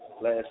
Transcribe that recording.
Last